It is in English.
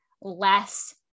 less